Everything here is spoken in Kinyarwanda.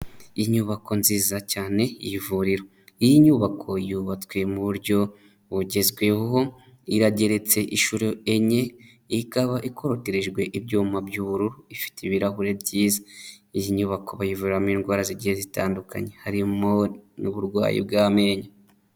Inyubako nziza cyane y'ivuriro, iyi nyubako yubatswe mu buryo bugezweho irageretse inshuro enye ikaba ikorotijwe ibyuma by'ubururu, ifite ibirahuri iyi nyubako bayivuramo indwara zigiye zitandukanye harimo n'uburwayi bw'amenyo.